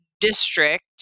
district